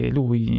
lui